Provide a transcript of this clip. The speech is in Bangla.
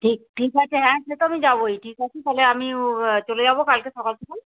ঠিক ঠিক আছে হ্যাঁ সে তো আমি যাবোই ঠিক আছে তাহলে আমি চলে যাবো কালকে সকাল তখন